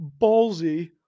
ballsy